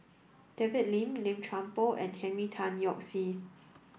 David Lim Lim Chuan Poh and Henry Tan Yoke See